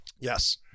Yes